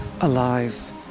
alive